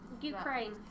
Ukraine